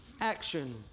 action